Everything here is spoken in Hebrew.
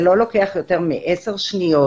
זה לא לוקח יותר מעשר שניות.